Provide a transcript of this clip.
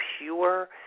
pure